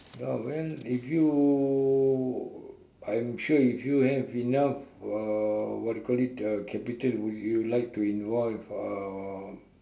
uh well if you I'm sure if you have enough uh what you call it a capital would you like to involve uh